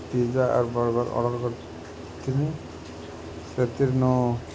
pizza ଆର୍ burger order କରିଥିଲି ସେଥିରେନ